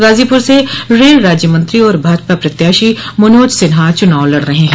गाजीपुर से रेल राज्य मंत्री और भाजपा प्रत्याशी मनोज सिन्हा चुनाव लड़ रहे हैं